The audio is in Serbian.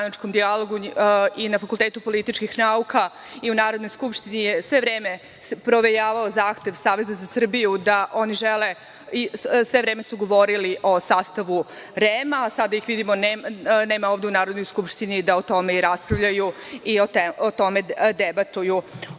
i Fakultetu političkih nauka, i u Narodnoj skupštini, sve vreme provejavao zahtev, Saveta za Srbiju da oni žele, sve vreme su govorili o sastavu REM, a sada ih vidimo, nema ih ovde u Narodnoj skupštini da o tome i raspravljaju i o tome debatuju.